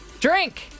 drink